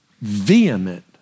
vehement